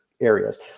areas